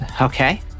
Okay